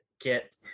get